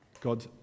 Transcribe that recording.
God